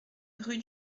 rue